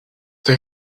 they